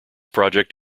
project